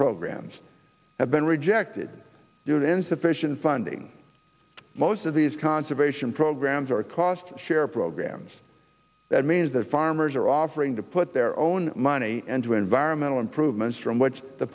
programs have been rejected due to insufficient funding most of these conservation programs are cost share programs that means that farmers are offering to put their own money into environmental improvements from which the